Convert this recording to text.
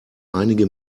einige